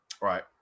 right